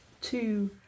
two